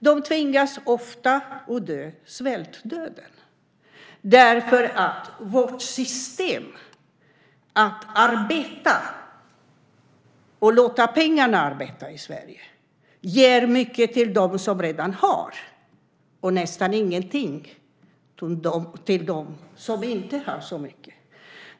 De tvingas ofta att dö svältdöden eftersom vårt system att arbeta i Sverige och låta pengarna arbeta ger mycket till dem som redan har och nästan ingenting till dem som inte har så mycket.